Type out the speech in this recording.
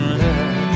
love